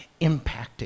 impacting